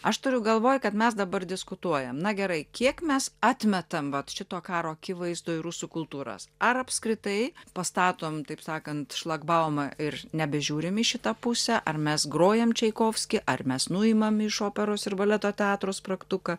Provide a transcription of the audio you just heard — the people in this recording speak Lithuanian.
aš turiu galvoj kad mes dabar diskutuojam na gerai kiek mes atmetam vat šito karo akivaizdoj rusų kultūras ar apskritai pastatom taip sakant šlagbaumą ir nebežiūrim į šitą pusę ar mes grojam čaikovskį ar mes nuimam iš operos ir baleto teatro spragtuką